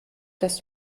das